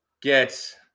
get